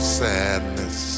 sadness